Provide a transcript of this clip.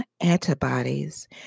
antibodies